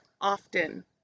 often